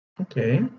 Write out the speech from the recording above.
Okay